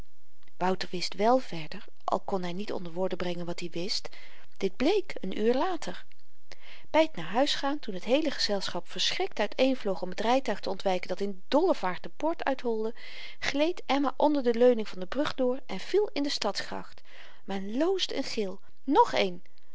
wouter wist wèl verder al kon hy niet onder woorden brengen wat i wist dit bleek n uur later by t naar huis gaan toen het heele gezelschap verschrikt uiteenvloog om t rytuig te ontwyken dat in dolle vaart de poort uitholde gleed emma onder de leuning van de brug door en viel in de stadsgracht men loosde een gil ng een